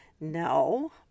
No